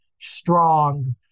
strong